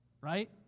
right